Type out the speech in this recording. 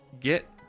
Get